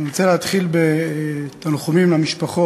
תודה רבה, אני רוצה להתחיל בתנחומים למשפחות